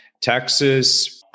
Texas